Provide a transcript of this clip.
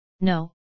No